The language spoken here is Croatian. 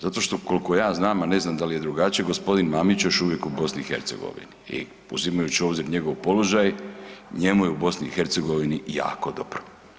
Zato što koliko ja znam, a ne znam da li je drugačije gospodin Mamić još uvijek u BiH i uzimajući u obzir njegov položaj njemu je u BiH jako dobro.